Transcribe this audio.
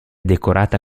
decorata